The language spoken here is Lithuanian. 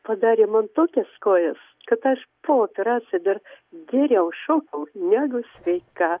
padarė man tokias kojas kad aš po operacija dar geriau šokau negu sveika